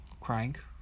Crank